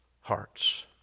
hearts